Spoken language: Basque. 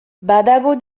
badago